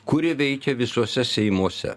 kuri veikia visuose seimuose